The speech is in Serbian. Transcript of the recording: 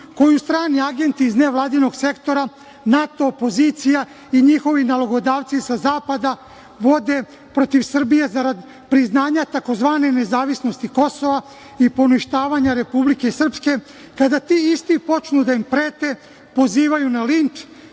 koju strani agenti iz nevladinog sektora, NATO, opozicija i njihovi nalogodavci sa zapada vode protiv Srbije zarad priznanja takozvane nezavisnosti Kosova i poništavanja Republike Srpske, kada ti isti počnu da im prete, pozivaju na linč,